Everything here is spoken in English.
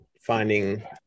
finding